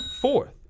Fourth